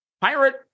Pirate